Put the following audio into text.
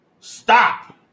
Stop